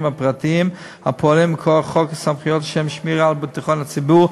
הפרטיים הפועלים מכוח חוק סמכויות לשם שמירה על ביטחון הציבור,